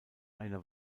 eine